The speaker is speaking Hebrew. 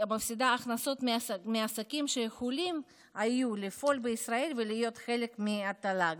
מפסידה הכנסות מעסקים שיכולים היו לפעול בישראל ולהיות חלק מהתל"ג,